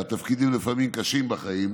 התפקידים לפעמים קשים בחיים.